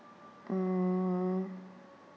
mm